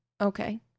Okay